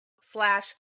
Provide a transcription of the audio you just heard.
slash